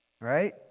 Right